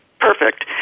perfect